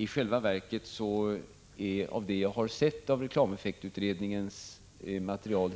I själva verket är det så att det jag har sett av reklameffektutredningens material